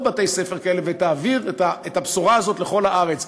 בתי-ספר כאלה ותעביר את הבשורה הזאת לכל הארץ.